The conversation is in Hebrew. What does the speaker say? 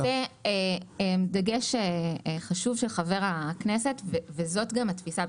זה דגש חשוב של חבר הכנסת, וזאת גם התפיסה.